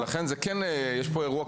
לכן זה כן גם מניע כלכלי.